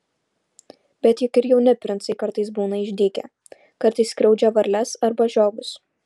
bet juk ir jauni princai kartais būna išdykę kartais skriaudžia varles arba žiogus